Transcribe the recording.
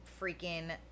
Freaking